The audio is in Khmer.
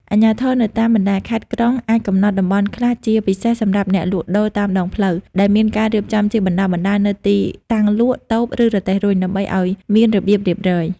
អាជ្ញាធរនៅតាមបណ្តាខេត្ត ក្រុង អាចកំណត់តំបន់ខ្លះជាពិសេសសម្រាប់អ្នកលក់ដូរតាមដងផ្លូវ ដែលមានការរៀបចំជាបណ្តើរៗនូវទីតាំងលក់ តូប ឬរទេះរុញ ដើម្បីឱ្យមានរបៀបរៀបរយ ។